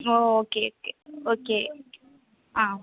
O okay okay okay ah